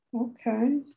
okay